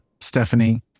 Stephanie